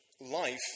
life